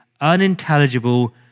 unintelligible